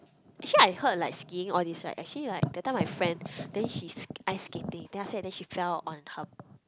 actually I heard like skiing all these right actually like that time my friend then he's ice skating then after that then she fell on her